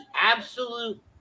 absolute